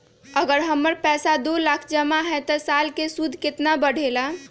अगर हमर पैसा दो लाख जमा है त साल के सूद केतना बढेला?